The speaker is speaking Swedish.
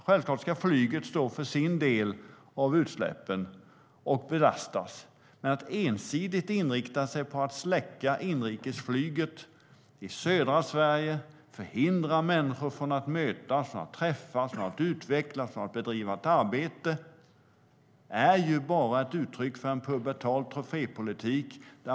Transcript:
Naturligtvis ska flyget belastas för sin del av utsläppen. Men att ensidigt inrikta sig på att släcka inrikesflyget i södra Sverige och förhindra människor att mötas, utvecklas och bedriva arbete är bara ett uttryck för en pubertal trofépolitik.